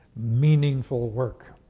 meaningful ah work,